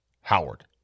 Howard